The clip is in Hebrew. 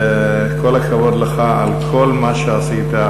וכל הכבוד לך על כל מה שעשית,